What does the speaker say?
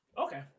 Okay